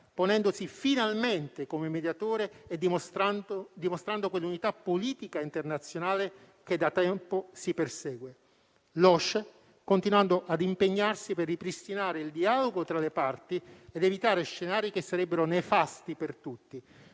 ponendosi finalmente come mediatore e dimostrando quell'unità politica internazionale che da tempo si persegue; l'OSCE continuando ad impegnarsi per ripristinare il dialogo tra le parti ed evitare scenari che sarebbero nefasti per tutti,